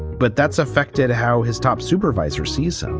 but that's affected how his top supervisor sees and